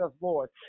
Lord